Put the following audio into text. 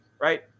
Right